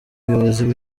buyobozi